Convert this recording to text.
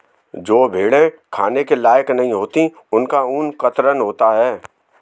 जो भेड़ें खाने के लायक नहीं होती उनका ऊन कतरन होता है